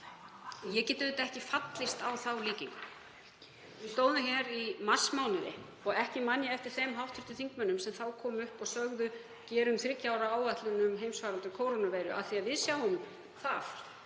ég get ekki fallist á þá líkingu. Við stóðum hér í marsmánuði og ekki man ég eftir þeim hv. þingmönnum sem þá komu upp og sögðu: Gerum þriggja ára áætlun um heimsfaraldur kórónuveiru, af því að við sjáum það